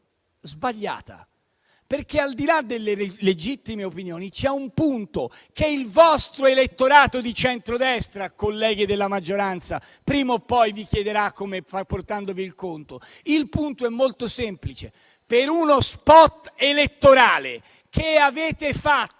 sbagliata. Al di là delle legittime opinioni, c'è un punto che il vostro elettorato di centrodestra, colleghi della maggioranza, prima o poi vi chiederà portandovi il conto. Il punto è molto semplice: per uno *spot* elettorale che avete fatto